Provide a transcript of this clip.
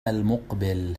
المقبل